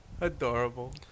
Adorable